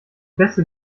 beste